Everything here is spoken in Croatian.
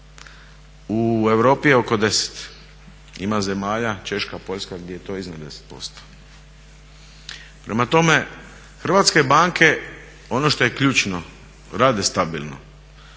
u Europi je oko 10. Ima zemalja Češka, Poljska gdje je to iznad 10%. Prema tome, hrvatske banke ono što je ključno rade stabilno.